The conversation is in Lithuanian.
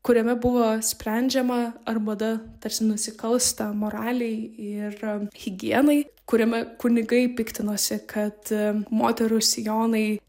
kuriame buvo sprendžiama ar mada tarsi nusikalsta moralei ir higienai kuriame kunigai piktinosi kad moterų sijonai